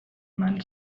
men